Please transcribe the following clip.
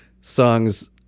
songs